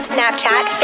Snapchat